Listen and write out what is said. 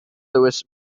louis